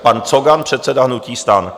Pan Cogan, předseda hnutí STAN.